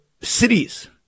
cities